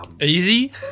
Easy